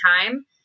time